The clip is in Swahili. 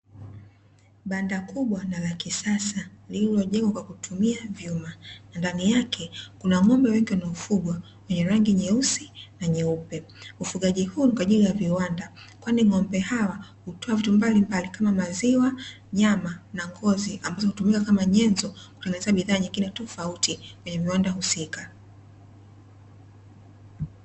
Banda kubwa na la kisasa lililojengwa kwa kutumia vyuma na ndani yake kuna ng'ombe wengi wanaofugwa wenye rangi nyeusi na nyeupe, ufugaji huu ni kwa ajili ya viwanga kwani ng'ombe hawa hutoa vitu mbalimbali kama maziwa, nyama na ngozi ambazo hutumika kama nyenzo kutengenezea bidhaa nyingine tofauti kwenye viwanda husika.